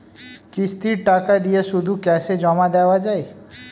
কিস্তির টাকা দিয়ে শুধু ক্যাসে জমা দেওয়া যায়?